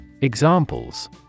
Examples